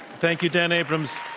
thank you, dan abrams.